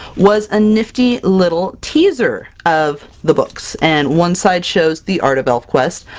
was a nifty little teaser of the books! and one side shows the art of elfquest,